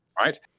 right